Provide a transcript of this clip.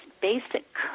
basic